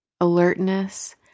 Alertness